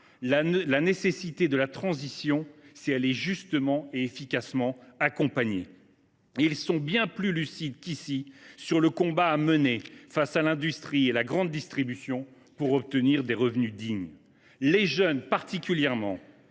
la nécessité de la transition si elle est justement et efficacement accompagnée. Ils sont bien plus lucides qu’ici sur le combat à mener face à l’industrie et à la grande distribution pour obtenir des revenus dignes. Les jeunes, particulièrement,